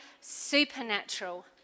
supernatural